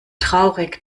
traurig